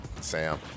Sam